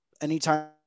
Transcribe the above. anytime